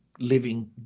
living